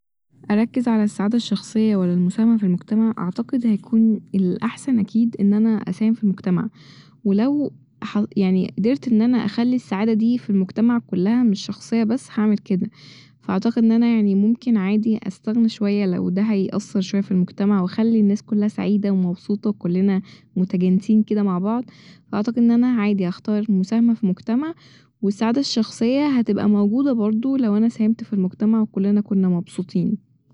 أركز على السعادة الشخصية ولا المساهمة ف المجتمع أعتقد هيكون الاحسن اكيد ان انا اساهم ف المجتمع ولو ح- يعني قدرت ان انا اخلي السعادة دي ف المجتمع كلها مش شخصية بس هعمل كده فاعتقد ان انا يعني ممكن عادي استغنى شوية لو ده هيأثر شوية ف المجتمع وأخلى الناس كلها سعيدة ومبسوطة و كلنا متجانسين كده مع بعض فأعتقد ان انا عادي هختار المساهمة ف مجتمع و السعادة الشخصية هتبقى موجودة برضه لو انا ساهمت ف المجتمع وكلنا كنا مبسوطين